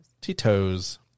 Tito's